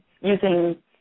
using